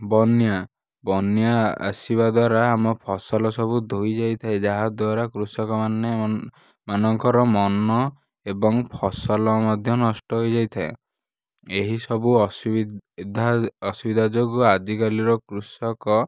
ବନ୍ୟା ବନ୍ୟା ଆସିବା ଦ୍ୱାରା ଆମ ଫସଲ ସବୁ ଧୋଇ ଯାଇଥାଏ ଯାହାଦ୍ୱାରା କୃଷକମାନେ ମନ ମାନଙ୍କର ମନ ଏବଂ ଫସଲ ମଧ୍ୟ ନଷ୍ଟ ହୋଇ ଯାଇଥାଏ ଏହିସବୁ ଅସୁବିଧା ଅସୁବିଧା ଯୋଗୁଁ ଆଜିକାଲିର କୃଷକ